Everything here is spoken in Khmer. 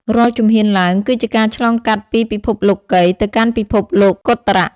រាល់ជំហានឡើង គឺជាការឆ្លងកាត់ពីពិភពលោកីយ៍ទៅកាន់ពិភពលោកុត្តរៈ។